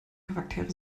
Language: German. charaktere